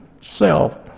self